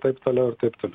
taip toliau ir taip toliau